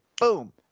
Boom